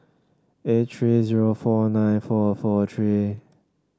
eight three zero four nine four four three